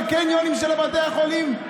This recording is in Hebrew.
בקניונים של בתי החולים,